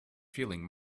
feeling